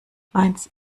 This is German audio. eins